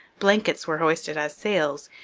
blankets were hoisted as sails,